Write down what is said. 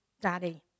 Daddy